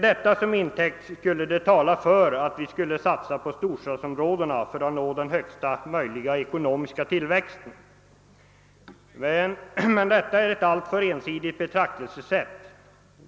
Detta skulle tala för att vi borde satsa på storstadsområdena för att nå högsta möjliga ekonomiska tillväxt, men det är ett alltför ensidigt betraktelsesätt.